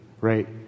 right